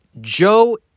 Joe